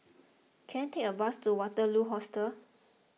can I take a bus to Waterloo Hostel